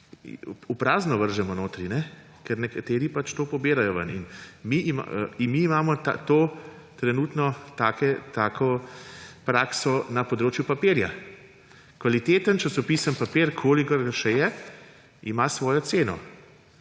trgovino, vržemo v prazno, ker nekateri pač to pobirajo ven. Mi imamo trenutno tako prakso na področju papirja. Kvaliteten časopisni papir, kolikor ga je še, ima svojo ceno.